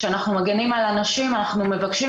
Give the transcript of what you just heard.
כשאנחנו מגנים על אנשים אנחנו מבקשים